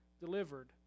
delivered